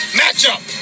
matchup